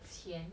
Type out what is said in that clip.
钱